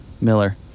Miller